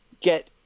get